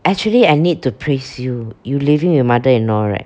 actually I need to praise you you living with mother-in-law right